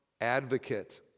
advocate